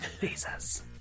Jesus